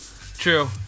True